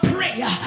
prayer